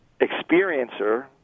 experiencer